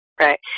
Right